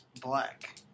black